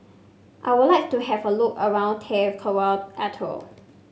I would like to have a look around Tarawa Atoll